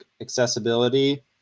accessibility